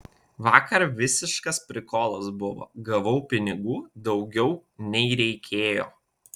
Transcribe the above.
vakar visiškas prikolas buvo gavau pinigų daugiau nei reikėjo